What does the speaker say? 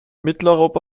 mitteleuropa